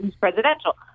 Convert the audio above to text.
presidential